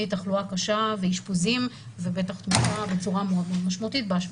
תחלואה קשה ואשפוזים בצורה מאוד משמעותית.